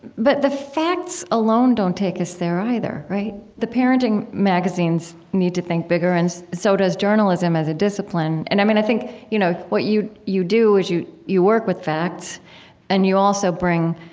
but the facts alone don't take us there, either, right? the parenting magazines need to think bigger, and so does journalism as a discipline. and i mean, i think, you know, what you you do is you you work with facts and you also bring,